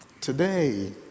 today